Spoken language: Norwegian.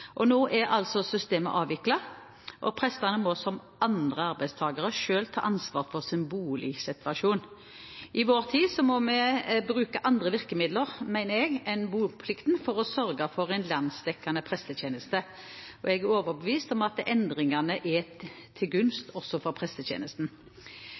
Og nå er altså systemet avviklet, og prestene må, som andre arbeidstakere, selv ta ansvar for sin boligsituasjon. I vår tid må vi bruke andre virkemidler enn boplikten, mener jeg, for å sørge for en landsdekkende prestetjeneste. Jeg er overbevist om at endringene er til gunst også for